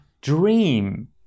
Dream